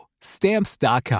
Stamps.com